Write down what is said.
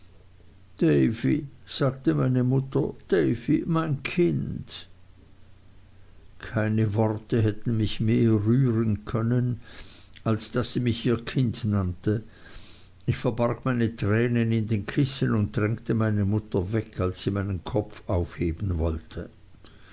sagte meine mutter davy mein kind keine worte hätten mich mehr rühren können als daß sie mich ihr kind nannte ich verbarg meine tränen in den kissen und drängte meine mutter weg als sie meinen kopf aufheben wollte